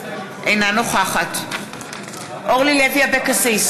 אינה נוכחת אורלי לוי אבקסיס,